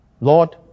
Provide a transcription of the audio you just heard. Lord